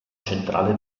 centrale